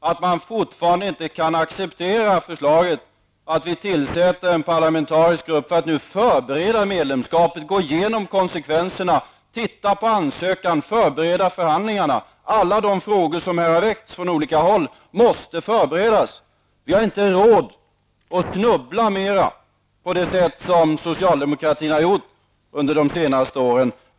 att man fortfarande inte kan acceptera förslaget att vi tillsätter en parlamentarisk grupp för att förbereda medlemskapet, dvs. gå igenom konsekvenserna, titta på ansökan, förbereda förhandlingarna. Alla de frågor som har väckts från olika håll måste förberedas. Vi har inte råd att snubbla mer på det sätt som socialdemokratin har gjort under de senaste åren.